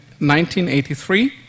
1983